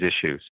issues